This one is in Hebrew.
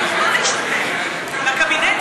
מי שדאג לכך שהשרים יוכלו להשתתף בקבינט